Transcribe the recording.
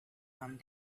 come